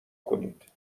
کنید